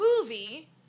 movie